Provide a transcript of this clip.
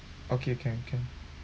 okay can can